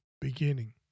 beginning